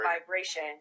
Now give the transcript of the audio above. vibration